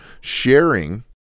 sharing